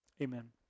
amen